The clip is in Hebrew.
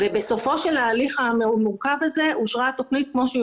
ובסופו ההליך המאוד-מורכב הזה אושרה התוכנית כמו שהיא